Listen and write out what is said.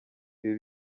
ibi